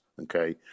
okay